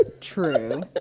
True